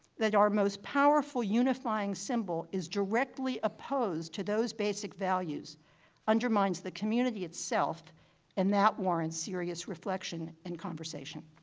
that our most powerful unifying symbol is directly opposed to those basic values undermines the community itself and that warrants serious reflection and conversation.